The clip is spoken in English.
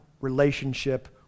relationship